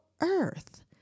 earth